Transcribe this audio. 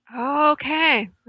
Okay